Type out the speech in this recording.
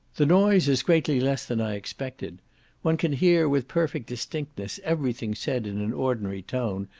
the noise is greatly less than i expected one can hear with perfect distinctness everything said in an ordinary tone,